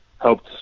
helped